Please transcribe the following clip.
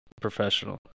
professional